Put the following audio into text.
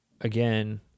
again